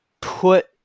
put